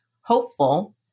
hopeful